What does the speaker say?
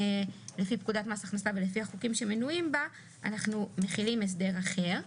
לפי פקודת מס הכנסה ולפי החוקים שמנויים בה אנחנו מחילים הסדר אחר.